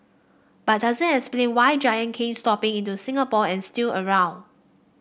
but doesn't explain why Giant came stomping into Singapore and is still around